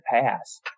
pass